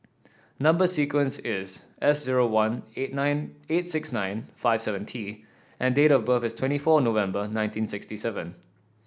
number sequence is S zero one eight nine eight six nine five seven T and date of birth is twenty four November nineteen sixty seven